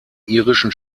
irischen